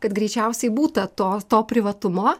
kad greičiausiai būta to to privatumo